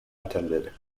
attended